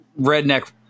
redneck